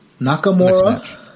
Nakamura